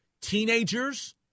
teenagers